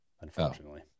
unfortunately